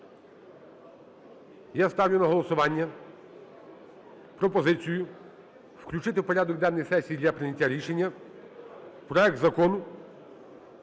Я ставлю на голосування пропозицію включити в порядок денний сесії для прийняття рішення проект Закону